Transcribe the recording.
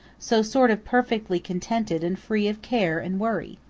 so sort of perfectly contented and free of care and worry.